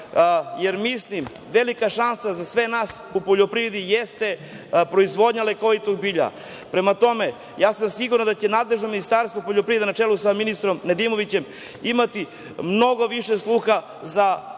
jer, mislim, velika šansa za sve nas u poljoprivredi jeste proizvodnja lekovitog bilja. Prema tome, ja sam siguran da će nadležno Ministarstvo poljoprivrede, na čelu sa ministrom Nedimovićem, imati mnogo više sluha za